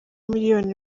miliyoni